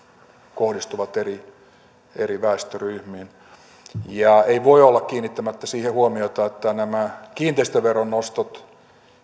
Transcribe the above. kohdistuvat eri eri väestöryhmiin ei voi olla kiinnittämättä siihen huomiota että nämä kiinteistöveron nostot